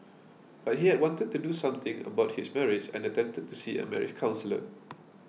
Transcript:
but he had wanted to do something about his marriage and attempted to see a marriage counsellor